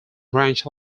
branch